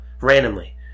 randomly